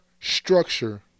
structure